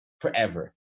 forever